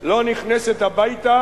לא נכנסת הביתה,